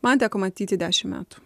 man teko matyti dešimt metų